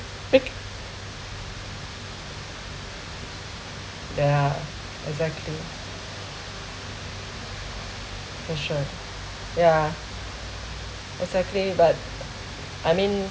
pick yeah exactly for sure yeah exactly but I mean